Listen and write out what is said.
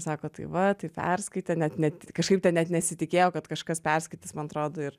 sako tai va tai perskaitė net net kažkaip tai net nesitikėjo kad kažkas perskaitys man atrodo ir